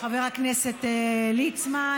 חבר הכנסת ליצמן,